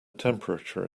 temperature